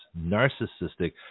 narcissistic